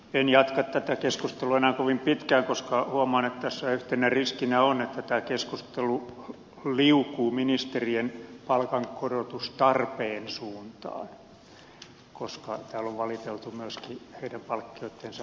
en jatka tätä keskustelua enää kovin pitkään koska huomaan että tässä yhtenä riskinä on että tämä keskustelu liukuu ministerien palkankorotustarpeen suuntaan koska täällä on valiteltu myöskin heidän palkkioittensa vähäisyyttä